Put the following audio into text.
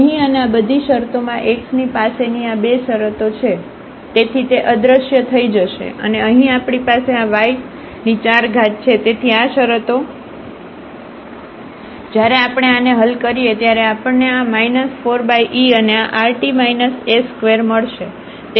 અહીં અને આ બધી શરતોમાં x ની પાસેની આ 2 શરતો છે તેથી તે અદૃશ્ય થઈ જશે અને અહીં આપણી પાસે આy4છે તેથી આ શરતો જ્યારે આપણે આને હલ કરીએ ત્યારે આપણને આ 4e અને આ rt s2મળશે